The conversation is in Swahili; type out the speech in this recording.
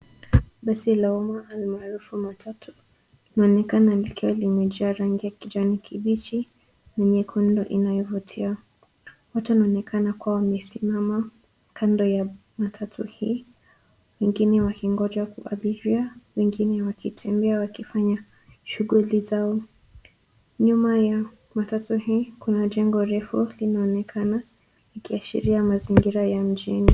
Basii la umma al maarufu matatu linaonekana likiwa limejaa rangi ya kijani kibichi na nyekundu inayovutia. Watu wanaonekana kuwa wamesimama kando ya matatu hii, wengine wakingoja kuabiria, wengine wakitembea wakifanya shuguli zao. Nyuma ya matatu hii kuna jengo refu linaonekana likiashiria mazingira ya mjini.